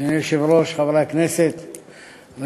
אני מחליף היום את שרת המשפטים וזה בסדר גמור.